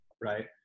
right